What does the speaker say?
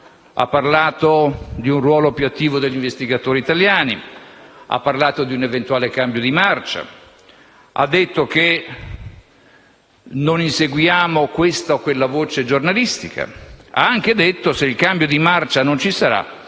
Ha parlato di un ruolo più attivo degli investigatori italiani, di un eventuale cambio di marcia; ha detto che non inseguiamo questa o quella voce giornalistica; ha anche detto che se il cambio di marcia non ci sarà